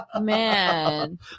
Man